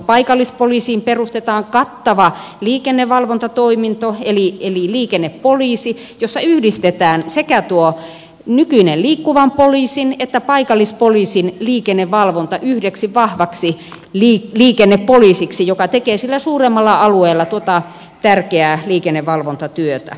paikallispoliisiin perustetaan kattava liikennevalvontatoiminto eli liikennepoliisi jossa yhdistetään sekä tuon nykyisen liikkuvan poliisin että paikallispoliisin liikennevalvonta yhdeksi vahvaksi liikennepoliisiksi joka tekee sillä suuremmalla alueella tuota tärkeää liikennevalvontatyötä